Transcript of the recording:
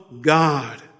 God